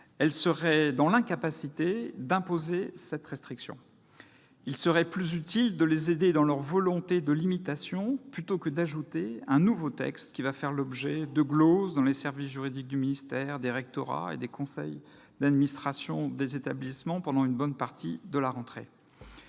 elles seraient dans l'incapacité d'imposer cette restriction. Il serait plus utile de les aider à faire prévaloir leur volonté de limitation, plutôt que d'ajouter un nouveau texte qui va faire l'objet de gloses dans les services juridiques du ministère, les rectorats et les conseils d'administration des établissements à la rentrée.